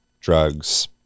drugs